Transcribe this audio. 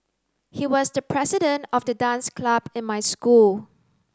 he was the president of the dance club in my school